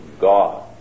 God